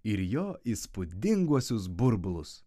ir jo įspūdinguosius burbulus